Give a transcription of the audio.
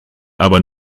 aber